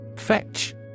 Fetch